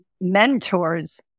mentors